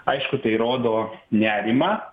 aišku tai rodo nerimą